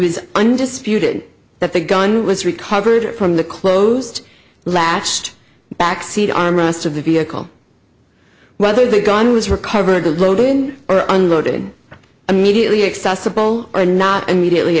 is undisputed that the gun was recovered from the closed latched back seat arm rest of the vehicle whether the gun was recovered loading or unloading immediately accessible or not immediately